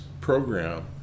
program